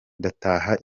ndataha